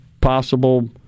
possible